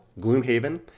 Gloomhaven